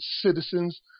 citizens